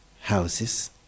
houses